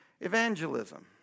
evangelism